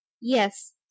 Yes